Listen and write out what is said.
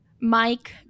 Mike